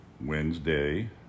Wednesday